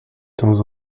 temps